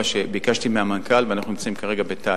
ביקשתי את זה מהמנכ"ל, וכרגע אנחנו נמצאים בתהליך